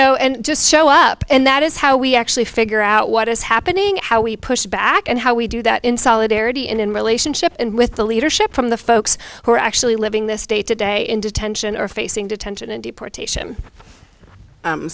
know and just show up and that is how we actually figure out what is happening how we push back and how we do that in solidarity in relationship and with the leadership from the folks who are actually living this day today in detention or facing detention in deportation i'm